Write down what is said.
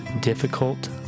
difficult